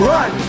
Run